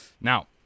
Now